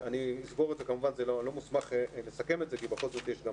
אני לא מוסמך לסכם את זה כי בכל זאת יש גם